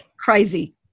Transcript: Crazy